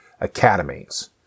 Academies